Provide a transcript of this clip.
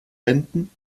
wenden